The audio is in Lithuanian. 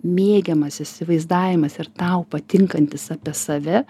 mėgiamas įsivaizdavimas ir tau patinkantis apie save